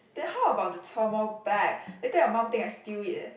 then how about the thermal bag later your mum think I steal it eh